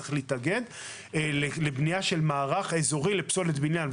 צריך להתאגד לבנייה של מערך אזורי של פסולת בניין.